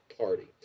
Party